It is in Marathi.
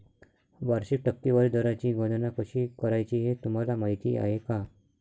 वार्षिक टक्केवारी दराची गणना कशी करायची हे तुम्हाला माहिती आहे का?